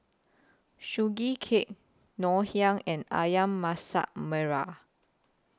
Sugee Cake Ngoh Hiang and Ayam Masak Merah